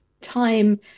time